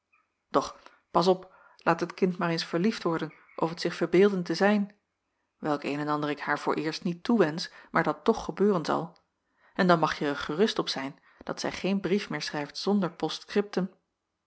doch pas op laat het kind maar eens verliefd worden of t zich verbeelden te zijn welk een en ander ik haar vooreerst niet toewensch maar dat toch gebeuren zal en dan mag je er gerust op zijn dat zij geen brief meer schrijft zonder